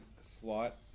slot